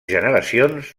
generacions